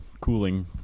cooling